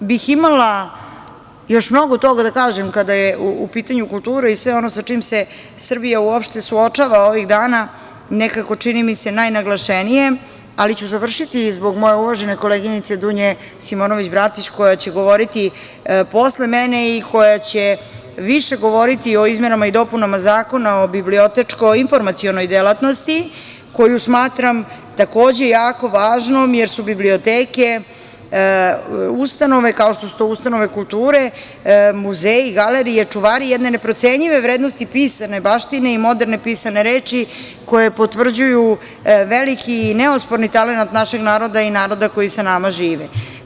Imala bih još mnogo toga da kažem kada je u pitanju kultura i sve ono sa čim se Srbija uopšte suočava ovih dana, nekako čini mi se najnaglašenije, ali ću završiti zbog moje uvažene koleginice Dunje Simonović Bratić koja će govoriti posle mene i koja će više govoriti o izmenama i dopunama Zakona o bibliotečko-informacionoj delatnosti koju smatram takođe jako važnom, jer su biblioteke ustanove, kao što su to ustanove kulture, muzeji, galerije, čuvari jedne neprocenjive vrednosti pisane baštine i moderne pisane reči koje potvrđuju veliki i neosporni talenat našeg naroda i naroda koji sa nama žive.